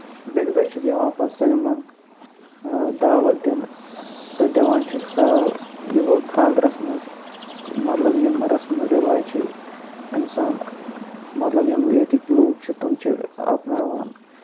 بیٚیکہِ دۄہ چھِ یِوان پَتہٕ سٲلمَن دعوت دِنہٕ تہٕ دِوان چھِکھ سال یہِ گوٚو خاندرَس منٛز مطلب یِم رَسمو رِواج چھِ اِنسان مطلب یِم ییٚتِکۍ لوٗکھ چھِ تٔمۍ چھِ اَپناوان